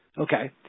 Okay